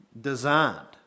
designed